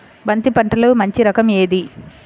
బంతి పంటలో మంచి రకం ఏది?